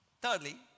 Thirdly